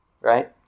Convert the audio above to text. right